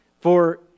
For